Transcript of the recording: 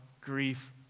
grief